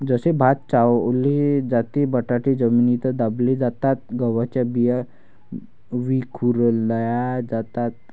जसे भात लावले जाते, बटाटे जमिनीत दाबले जातात, गव्हाच्या बिया विखुरल्या जातात